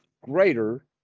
greater